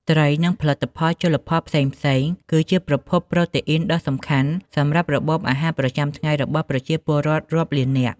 ត្រី និងផលិតផលជលផលផ្សេងៗ គឺជាប្រភពប្រូតេអ៊ីនដ៏សំខាន់សម្រាប់របបអាហារប្រចាំថ្ងៃរបស់ពលរដ្ឋរាប់លាននាក់។